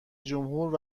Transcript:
جمهور